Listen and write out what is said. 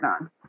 on